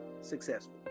successful